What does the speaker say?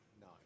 No